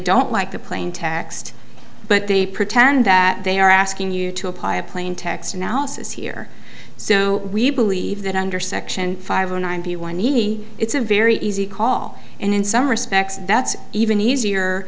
don't like the plain text but they pretend that they are asking you to apply a plaintext analysis here so we believe that under section five or ninety one e it's a very easy call and in some respects that's even easier